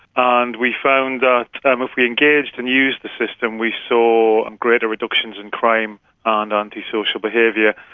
and we found that um if we engaged and used the system we saw greater reductions in crime ah and antisocial behaviour.